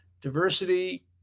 diversity